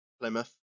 Plymouth